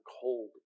cold